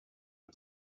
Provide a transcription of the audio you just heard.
nom